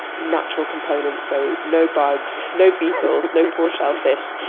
natural components. so no bugs, no beetles, no poor shellfish,